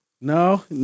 No